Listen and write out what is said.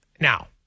Now